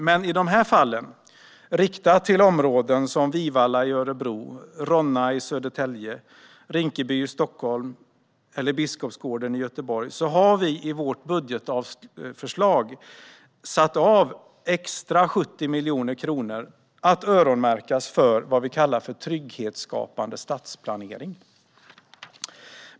Men i de här fallen - riktat till områden som Vivalla i Örebro, Ronna i Södertälje, Rinkeby i Stockholm och Biskopsgården i Göteborg - har vi i vårt budgetförslag avsatt 70 miljoner kronor extra att öronmärkas för vad vi kallar trygghetsskapande stadsplanering.